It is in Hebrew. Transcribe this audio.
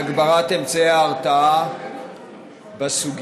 להגברת אמצעי ההרתעה בסוגיה?